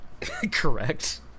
Correct